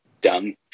dumb